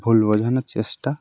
ভুল বোঝানোর চেষ্টা